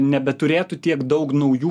nebeturėtų tiek daug naujų